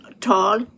tall